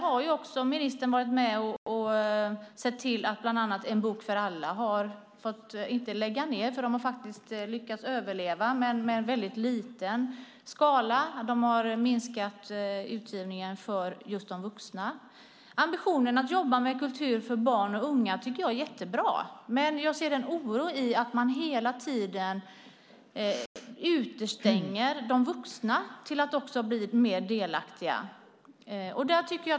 Men ministern har varit med om att se till att bland annat verksamheten med En bok för alla inte fått läggas ned - de har faktiskt lyckats överleva - men väl fått minskas till en mycket liten skala. Utgivningen för vuxna har minskat. Ambitionen att jobba med kultur för barn och unga är, tycker jag, mycket bra. Men jag ser med oro på att man hela tiden utestänger vuxna från att bli mer delaktiga.